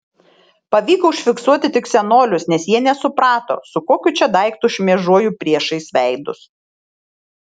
pavyko užfiksuoti tik senolius nes jie nesuprato su kokiu čia daiktu šmėžuoju priešais veidus